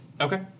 Okay